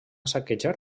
saquejar